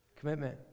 Commitment